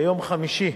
ביום חמישי,